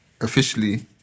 officially